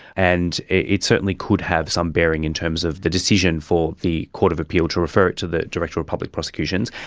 and it certainly could have some bearing in terms of the decision for the court of appeal to refer to the director of public prosecutions.